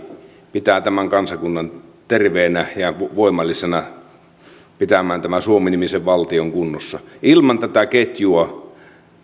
pitää tämän kansakunnan terveenä ja voimallisena pitämään tämän suomi nimisen valtion kunnossa ilman tätä ketjua